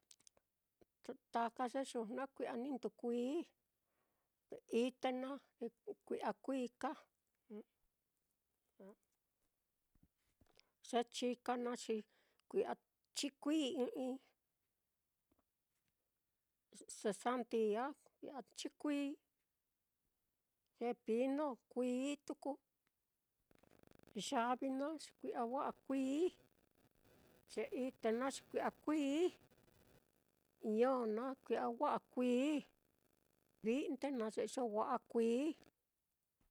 Taka ye yujnu á kui'a ni nduu kuií, ite naá kuií ka, ye chika naá, xi kui'a chikuií ɨ́ɨ́n ɨ́ɨ́n-i, se sandia kui'a chikuií, pepino kuií tuku, yavi naá, xi kui'a wa'a kuií, ye ite naá, xi kui'a kuií, ño naá kui'a wa'a kuií, vi'nde naá ye iyo wa'a kuií.